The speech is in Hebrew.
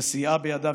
שסייעה בידה,